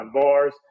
bars